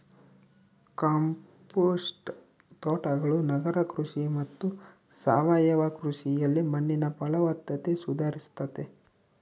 compost ತೋಟಗಳು ನಗರ ಕೃಷಿ ಮತ್ತು ಸಾವಯವ ಕೃಷಿಯಲ್ಲಿ ಮಣ್ಣಿನ ಫಲವತ್ತತೆ ಸುಧಾರಿಸ್ತತೆ